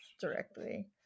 directly